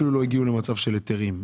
אפילו לא הגיע למצב של היתרים.